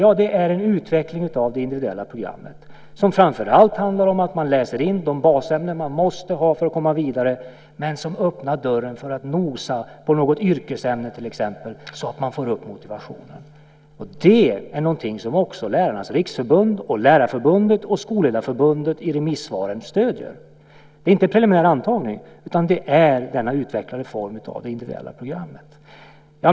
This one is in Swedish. Jo, det är en utveckling av det individuella programmet som framför allt går ut på att man läser in de basämnen man måste ha för att komma vidare. Men det öppnar också dörren för att nosa på till exempel något yrkesämne, så att man får upp motivationen. Det är någonting som också Lärarnas Riksförbund, Lärarförbundet och Skolledarförbundet stöder i remissvaren. Det är inte en preliminär antagning utan en utvecklad form av det individuella programmet.